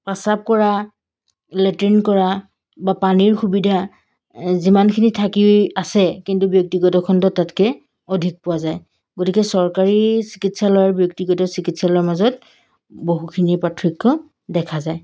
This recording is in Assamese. প্ৰস্ৰাৱ কৰা লেট্ৰিন কৰা বা পানীৰ সুবিধা যিমানখিনি থাকি আছে কিন্তু ব্যক্তিগত খণ্ডত তাতকৈ অধিক পোৱা যায় গতিকে চৰকাৰী চিকিৎসালয় আৰু ব্যক্তিগত চিকিৎসালয়ৰ মাজত বহুখিনি পাৰ্থক্য দেখা যায়